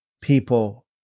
people